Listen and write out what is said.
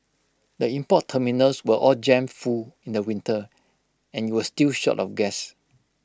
the import terminals were all jammed full in the winter and you were still short of gas